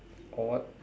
or what